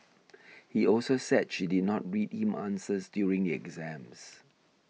he also said she did not read him answers during exams